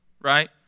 right